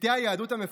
פליטי היהדות המפוארת